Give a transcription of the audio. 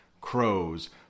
crows